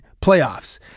playoffs